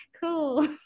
cool